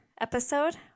episode